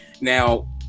Now